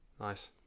Nice